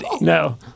No